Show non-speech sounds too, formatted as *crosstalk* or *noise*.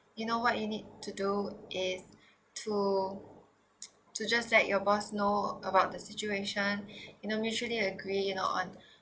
you know what you need to do is to *noise* to just let your boss know about the situation you know usually agree on